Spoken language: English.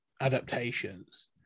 adaptations